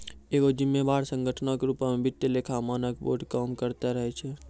एगो जिम्मेवार संगठनो के रुपो मे वित्तीय लेखा मानक बोर्ड काम करते रहै छै